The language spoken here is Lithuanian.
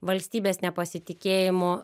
valstybės nepasitikėjimu